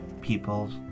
people